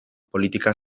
politika